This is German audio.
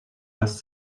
meist